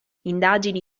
indagini